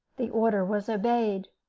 the order was obeyed.